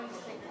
2